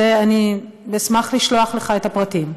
אני אשמח לשלוח לך את הפרטים.